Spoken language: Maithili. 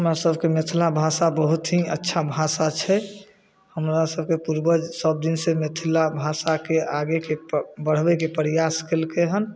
हमरा सबके मिथला भाषा बहुत ही अच्छा भाषा छै हमरा सबके पूर्वज सबदिन से मिथला भाषाके आगेके बढ़बैके प्रयास केलकै हन